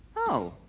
oh.